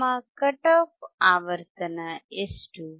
ನಮ್ಮ cut off ಆವರ್ತನ ಎಷ್ಟು